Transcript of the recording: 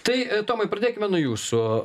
tai tomai pradėkime nuo jūsų